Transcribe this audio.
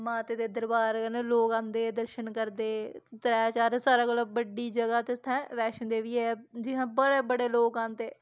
माता दे दरबार कन्नै लोक आंदे दर्शन करदे त्रै चार सारें कोला बड्डी जगह् ते इत्थें माता बैश्णो देवी ऐ जी हां बड़े बड़े लोक आंदे